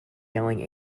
yelling